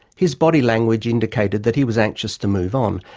his body-language indicated that he was anxious to move on,